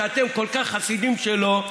שאתם כל כך חסידים שלו,